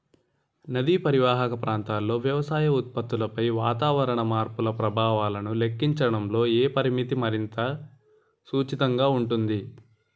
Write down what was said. నదీ పరీవాహక ప్రాంతంలో వ్యవసాయ ఉత్పత్తిపై వాతావరణ మార్పుల ప్రభావాలను లెక్కించడంలో ఏ పరామితి మరింత సముచితంగా ఉంటుంది?